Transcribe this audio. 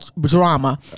drama